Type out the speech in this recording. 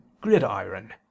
gridiron